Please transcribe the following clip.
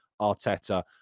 Arteta